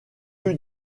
rue